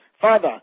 Father